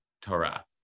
Torah